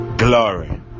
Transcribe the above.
glory